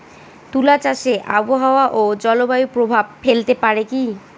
তুলা চাষে আবহাওয়া ও জলবায়ু প্রভাব ফেলতে পারে কি?